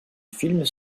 films